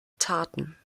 taten